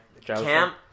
camp